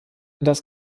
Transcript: das